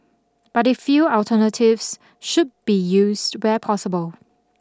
but they feel alternatives should be used where possible